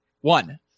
One